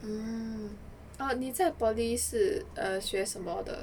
mm err 你在 poly 是 err 学什么的